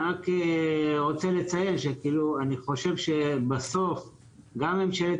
אני רק רוצה לציין שכאילו אני חושב שבסוף גם ממשלת